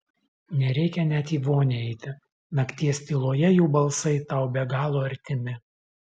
nereikia net į vonią eiti nakties tyloje jų balsai tau be galo artimi